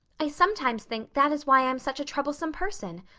i sometimes think that is why i'm such a troublesome person.